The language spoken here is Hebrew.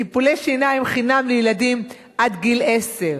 טיפולי שיניים חינם לילדים עד גיל עשר.